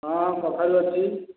ହଁ କଖାରୁ ଅଛି